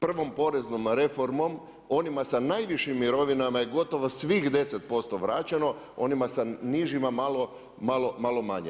Prvom poreznom reformom onima sa najvišim mirovinama je gotovo svih 10% vraćeno, onima sa nižima malo manje.